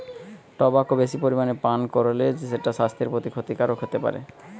tobacco বেশি পরিমাণে পান কোরলে সেটা সাস্থের প্রতি ক্ষতিকারক হোতে পারে